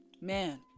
man